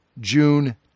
june